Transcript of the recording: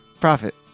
profit